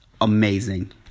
Amazing